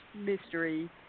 mystery